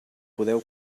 podeu